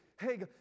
hey